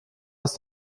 aus